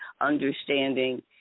understanding